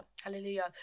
hallelujah